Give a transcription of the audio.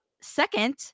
second